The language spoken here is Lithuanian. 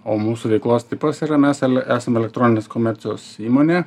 o mūsų veiklos tipas yra mes el esam elektroninės komercijos įmonė